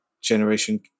generation